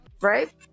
Right